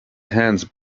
hands